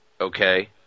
Okay